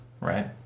Right